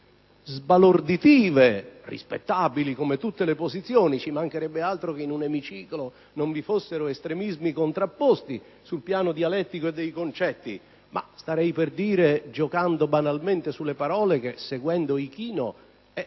sbalorditive e rispettabili come tutte le posizioni. Ci mancherebbe altro che in un emiciclo non vi fossero estremismi contrapposti sul piano dialettico dei concetti, ma starei per dire, giocando banalmente sulle parole, che seguendo il